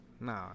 No